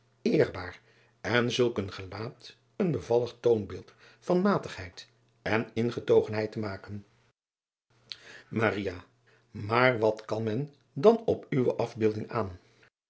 eerbaar en zulk een gelaat een bevallig toonbeeld van matigheid en ingetogenheid te maken aar wat kan men dan op uwe afbeeldingen aan